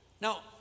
Now